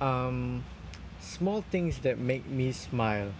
um small things that make me smile